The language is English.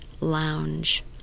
lounge